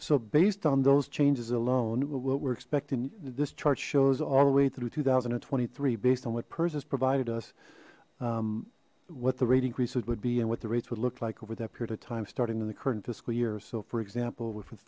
so based on those changes alone what we're expecting this chart shows all the way through two thousand and twenty three based on what pers has provided us what the rate increases would be and what the rates would look like over that period of time starting in the curtin fiscal year so for example with